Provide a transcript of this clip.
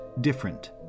different